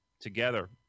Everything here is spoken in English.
together